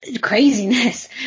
craziness